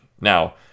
Now